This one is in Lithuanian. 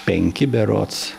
penki berods